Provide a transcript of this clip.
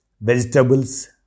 Vegetables